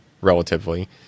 relatively